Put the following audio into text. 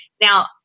Now